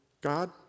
God